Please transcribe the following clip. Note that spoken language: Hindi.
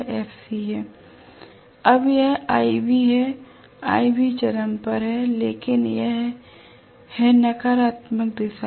अब यह iB है iB चरम पर है लेकिन यह है नकारात्मक दिशा में